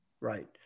Right